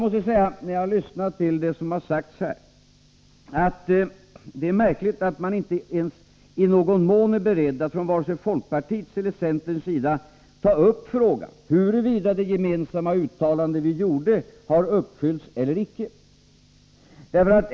Efter att ha lyssnat till det som här har sagts måste jag säga att det är märkligt att man varken från folkpartiets eller centerns sida ens i någon mån är beredd att aktualisera frågan huruvida det gemensamma uttalande som vi gjorde har fullföljts eller icke.